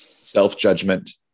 Self-judgment